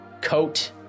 coat